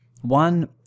one